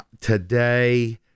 today